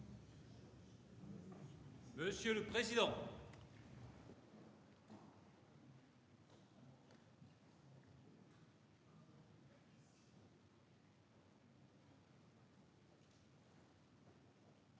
Monsieur le président,